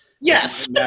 Yes